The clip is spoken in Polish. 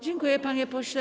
Dziękuję, panie pośle.